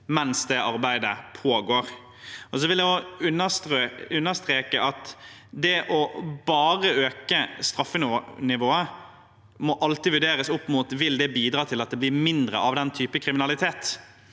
mens det arbeidet pågår. Jeg vil understreke at det å bare øke straffenivået alltid må vurderes opp mot om det vil bidra til at det blir mindre av den typen kriminalitet.